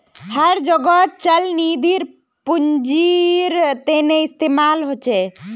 हर जोगोत चल निधिर पुन्जिर तने इस्तेमाल होचे